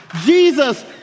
Jesus